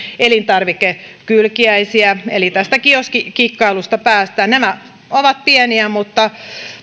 elintarvikekylkiäisiä eli kioskikikkailusta päästään nämä ovat pieniä mutta